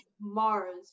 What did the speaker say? Mars